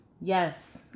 Yes